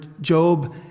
Job